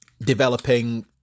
developing